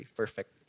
perfect